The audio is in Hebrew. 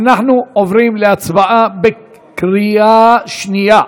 אנחנו עוברים להצבעה בקריאה שנייה.